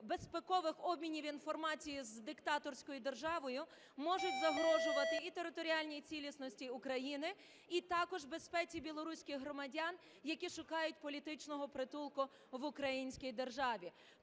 безпекових обмінів інформацією з диктаторською державою можуть загрожувати і територіальній цілісності України, і також безпеці білоруських громадян, які шукають політичного притулку в українській державі.